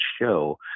show